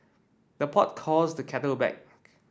the pot calls the kettle black